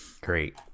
great